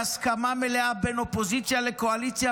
בהסכמה מלאה בין אופוזיציה לקואליציה,